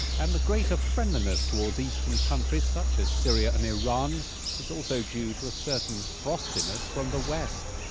and the greater friendliness towards eastern countries such as syria and iran is also due to a certain frostiness from the west